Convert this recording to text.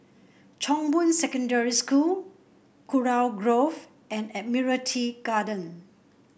Chong Boon Secondary School Kurau Grove and Admiralty Garden